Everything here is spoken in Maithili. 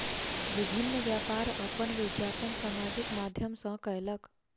विभिन्न व्यापार अपन विज्ञापन सामाजिक माध्यम सॅ कयलक